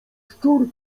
szczur